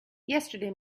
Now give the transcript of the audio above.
yesterday